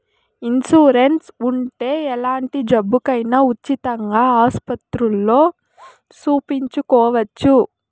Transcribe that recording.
insurance ఉంటే ఎలాంటి జబ్బుకైనా ఉచితంగా ఆస్పత్రుల్లో సూపించుకోవచ్చు